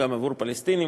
גם עבור פלסטינים